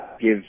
give